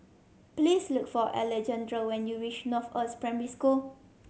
please look for Alejandro when you reach Northoaks Primary School